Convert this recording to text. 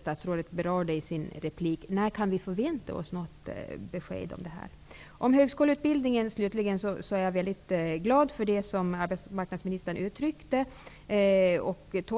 statsrådet inte berörde i sin replik. När kan vi förvänta oss något besked härom? Slutligen vill jag säga att jag är väldigt glad för det som arbetsmarknadsministern uttryckte i vad gäller högskoleutbildningen.